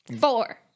Four